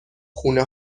خونه